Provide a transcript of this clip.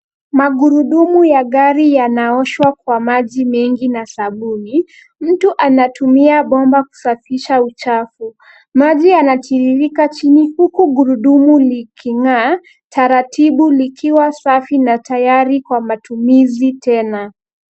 Magurudumu ya gari yanaoshwa kwa maji mengi na sabuni. Mtu anatumia bomba kusafisha uchafu. Maji yanatiririka chini huku gurudumu liking'aa taratibu, likiwa safi na tayari kwa matumizi tena.